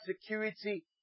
security